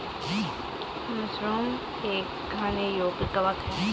mushroom एक खाने योग्य कवक है